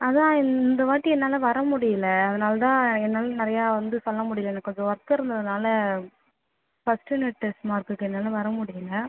அதுதான் இந்த வாட்டி என்னால் வர முடியிலை அதனால் தான் என்னால் நிறையா வந்து சொல்ல முடியிலை எனக்கு கொஞ்சம் ஒர்க் இருந்ததினால ஃபர்ஸ்ட் யூனிட் டெஸ்ட்டு மார்க்குக்கு என்னால் வர முடியிலை